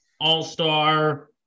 All-Star